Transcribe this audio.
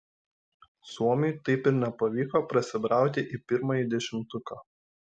suomiui taip ir nepavyko prasibrauti į pirmąjį dešimtuką